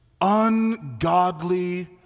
ungodly